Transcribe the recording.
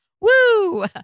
woo